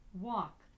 walk